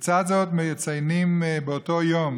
בצד זאת, כשמציינים את אותו יום